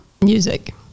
Music